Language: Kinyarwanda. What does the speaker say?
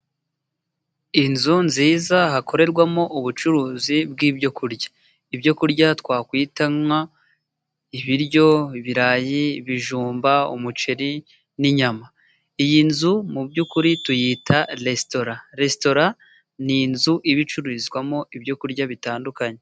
Inzu nziza hakorerwamo ubucuruzi bw'ibyo kurya. Ibyo kurya twakwita ibiryo: ibirayi, ibijumba, umuceri n'inyama. Iyi nzu mu by'ukuri tuyita resitora, resitora ni inzu iba icururizwamo ibyo kurya bitandukanye.